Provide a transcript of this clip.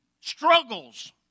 struggles